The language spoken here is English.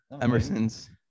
Emerson's